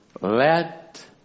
Let